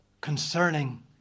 Concerning